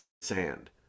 sand